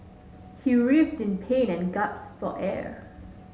he writhed in pain and gasped for air